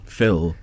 Phil